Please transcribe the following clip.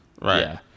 Right